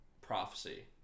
prophecy